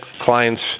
clients